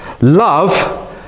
love